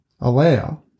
allow